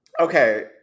Okay